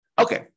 okay